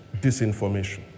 Disinformation